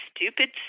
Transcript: stupid